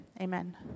amen